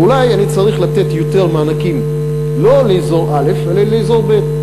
ואולי אני צריך לתת יותר מענקים לא לאזור א' אלא לאזור ב',